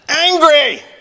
angry